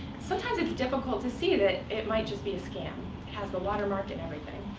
sometimes it's difficult to see that it might just be a scam has the watermark and everything.